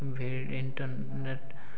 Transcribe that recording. ବି internet